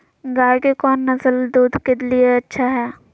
गाय के कौन नसल दूध के लिए अच्छा है?